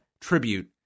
tribute